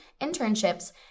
internships